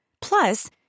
Plus